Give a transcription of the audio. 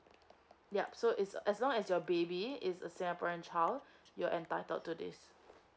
yup so is as long as your baby is a singaporean child you're entitled to this